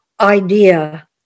idea